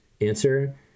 answer